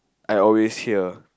I always hear